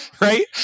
Right